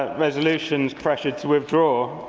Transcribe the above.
ah resolutions pressured to withdraw.